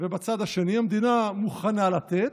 ובצד השני המדינה מוכנה לתת,